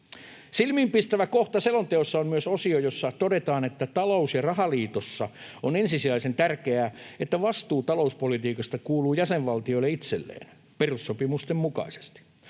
Silmiinpistävä kohta selonteossa on myös osio, jossa todetaan, että talous- ja rahaliitossa on ensisijaisen tärkeää, että vastuu talouspolitiikasta kuuluu jäsenvaltioille itselleen perussopimusten mukaisesti.